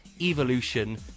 evolution